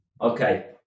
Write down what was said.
Okay